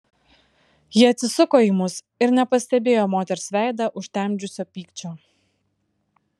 ji atsisuko į mus ir nepastebėjo moters veidą užtemdžiusio pykčio